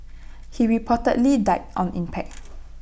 he reportedly died on impact